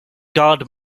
garde